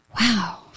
Wow